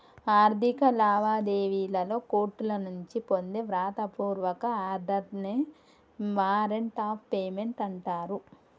ఆర్థిక లావాదేవీలలో కోర్టుల నుంచి పొందే వ్రాత పూర్వక ఆర్డర్ నే వారెంట్ ఆఫ్ పేమెంట్ అంటరు